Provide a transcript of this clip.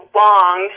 long